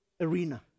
arena